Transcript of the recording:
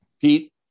Pete